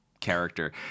character